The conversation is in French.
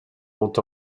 ont